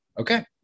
Okay